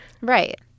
Right